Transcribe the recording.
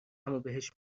امابهش